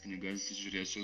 knygas žiūrėsiu